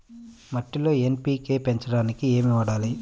మట్టిలో ఎన్.పీ.కే పెంచడానికి ఏమి వాడాలి?